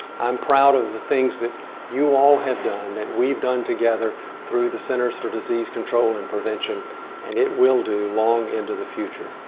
i'm proud of the things that you all have done that we've done together through the centers for disease control and prevention and it will do long into the future.